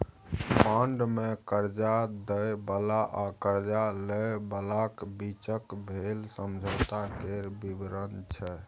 bond मे करजा दय बला आ करजा लय बलाक बीचक भेल समझौता केर बिबरण छै